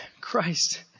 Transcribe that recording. Christ